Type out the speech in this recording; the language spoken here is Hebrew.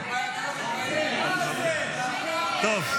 אם כן,